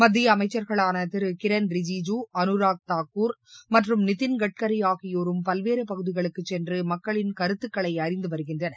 மத்திய அமைச்சர்களான திரு கிரண் ரிஜிஜூ அனுராக் தாக்கூர் மற்றும் நிதின் கட்கரி ஆகியோரும் பல்வேறு பகுதிகளுக்கு சென்று மக்களின் கருத்துக்களை அறிந்து வருகின்றனர்